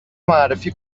معرفی